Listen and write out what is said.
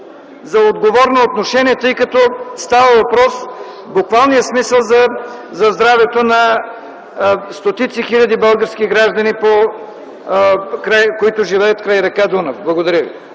за отговорно отношение, тъй като става въпрос в буквалния смисъл за здравето на стотици хиляди български граждани, които живеят край р. Дунав. Благодаря.